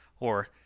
or,